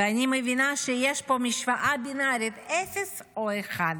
אני מבינה שיש פה משוואה בינארית, אפס או אחד.